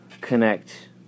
connect